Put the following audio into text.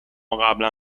قبلا